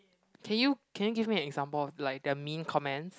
can you can you give me an example of like the mean comments